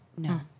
No